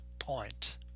point